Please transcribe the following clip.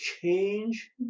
change